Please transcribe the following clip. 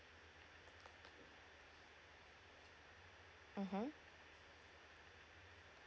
mmhmm